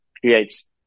creates